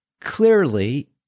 clearly